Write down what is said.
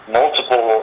multiple